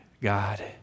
God